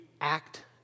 act